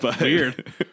Weird